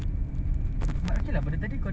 ini kau tengok Yole